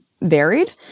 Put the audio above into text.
varied